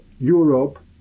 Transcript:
Europe